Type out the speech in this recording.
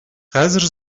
хәзер